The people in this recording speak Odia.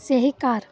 ସେହି କାର୍